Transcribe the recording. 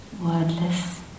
wordless